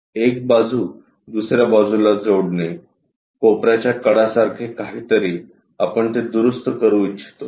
एक बाजू दुसऱ्या बाजूला जोडणे कोपऱ्याच्या कडासारखे काहीतरी आपण ते दुरुस्त करू इच्छितो